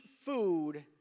food